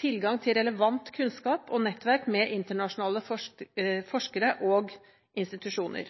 tilgang til relevant kunnskap og nettverk med internasjonale forskere og institusjoner.